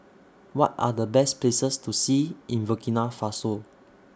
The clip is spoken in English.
What Are The Best Places to See in Burkina Faso